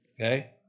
okay